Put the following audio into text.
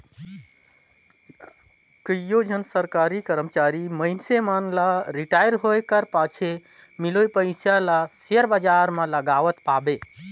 कइयो झन सरकारी करमचारी मइनसे मन ल रिटायर होए कर पाछू मिलोइया पइसा ल सेयर बजार में लगावत पाबे